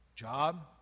job